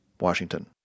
Washington